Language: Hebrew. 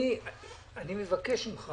אני מבקש ממך